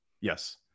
Yes